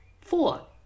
four